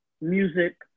music